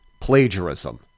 plagiarism